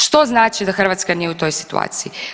Što znači da Hrvatska nije u toj situaciji?